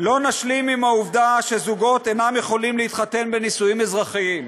לא נשלים עם העובדה שזוגות אינם יכולים להתחתן בנישואים אזרחיים,